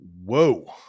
Whoa